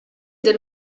del